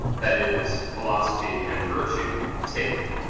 that is, philosophy and virtue, take.